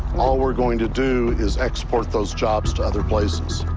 all we're going to do is export those jobs to other places.